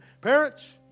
Parents